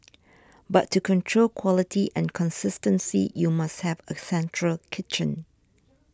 but to control quality and consistency you must have a central kitchen